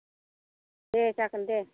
दे जागोन दे